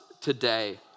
today